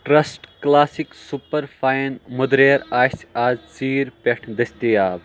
trust classic super fine مٔدریر آسہِ آز ژیٖرۍ پٮ۪ٹھ دٔستِیاب